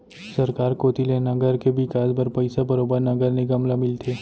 सरकार कोती ले नगर के बिकास बर पइसा बरोबर नगर निगम ल मिलथे